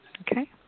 Okay